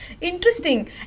Interesting